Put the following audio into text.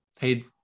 Hey